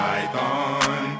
Python